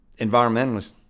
environmentalists